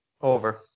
Over